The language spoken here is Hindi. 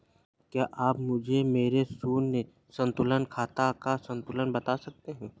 क्या आप मुझे मेरे शून्य संतुलन खाते का संतुलन बता सकते हैं?